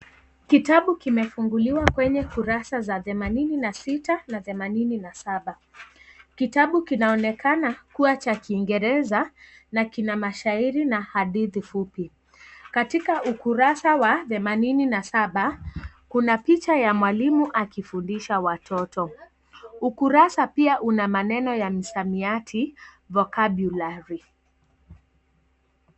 Kitabu kimefunguliwa kwenye kurasa za themanini na sita na themanini na saba, kitabu kinaonekana kuwa cha kingereza na kina mashairi na hadithi fupi, katika ukurasa wa themanini na saba kuna picha ya mwalimu akifundisha watoto, ukurasa pia una maneno ya misamiati vocubulary .